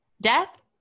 Death